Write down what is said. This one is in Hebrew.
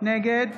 נגד